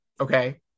Okay